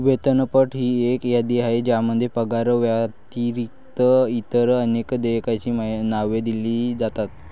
वेतनपट ही एक यादी आहे ज्यामध्ये पगाराव्यतिरिक्त इतर अनेक देयकांची नावे दिली जातात